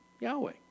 Yahweh